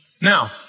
Now